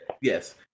Yes